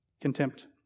Contempt